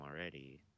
already